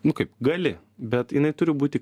nu kaip gali bet jinai turi būti